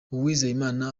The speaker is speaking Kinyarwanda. uwizeyimana